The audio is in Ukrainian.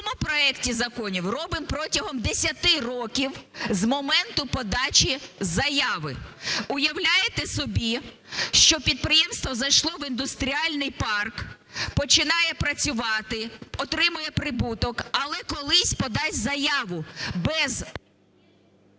в цьому проекті закону робимо протягом 10 років з моменту подачі заяви. Уявляєте собі, що підприємство зайшло в індустріальний парк, починає працювати, отримує прибуток, але колись подасть заяву без...